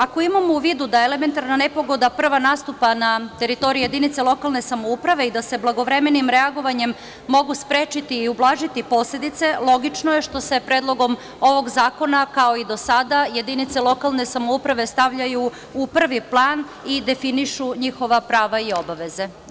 Ako imamo u vidu da elementarna nepogoda prva nastupa na teritoriji jedinica lokalne samouprave i da se blagovremenim reagovanjem mogu sprečiti i ublažiti posledice, logično je što se predlogom ovog zakona, kao i do sada, jedinice lokalne samouprave stavljaju u prvi plan i definišu njihova prava i obaveze.